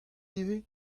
ivez